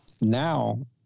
now